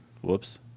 Whoops